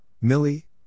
Millie